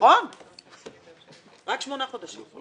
רק שמונה חודשים.